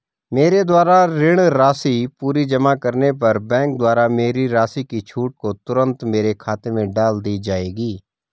मेरे द्वारा ऋण राशि पूरी जमा करने पर बैंक द्वारा मेरी राशि की छूट को तुरन्त मेरे खाते में डाल दी जायेगी?